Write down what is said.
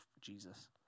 Jesus